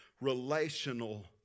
relational